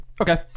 Okay